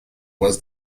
was